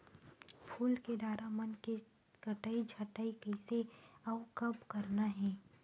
फूल के डारा मन के कटई छटई कइसे अउ कब करना हे?